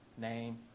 name